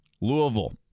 Louisville